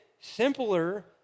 simpler